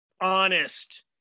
honest